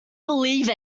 believe